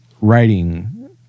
writing